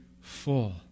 full